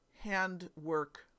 handwork